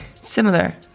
similar